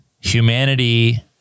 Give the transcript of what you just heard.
Humanity